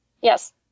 Yes